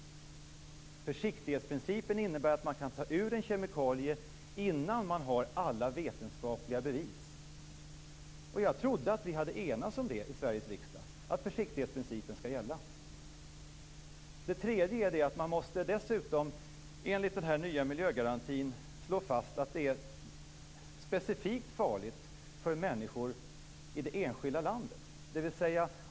Den innebär att man kan ta bort en kemikalie innan man har alla vetenskapliga bevis. Jag trodde att vi i Sverige hade enats om att försiktighetsprincipen skall gälla. För det tredje måste man enligt den nya miljögarantin slå fast att det är specifikt farligt för människor i det enskilda landet.